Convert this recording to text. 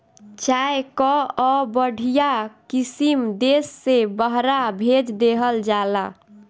चाय कअ बढ़िया किसिम देस से बहरा भेज देहल जाला